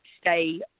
stay